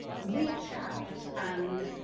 reach out and